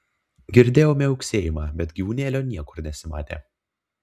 girdėjau miauksėjimą bet gyvūnėlio niekur nesimatė